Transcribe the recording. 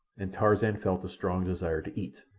and tarzan felt a strong desire to eat.